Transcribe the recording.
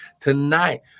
Tonight